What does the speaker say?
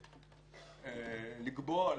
לקבוע,